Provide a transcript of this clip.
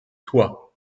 toi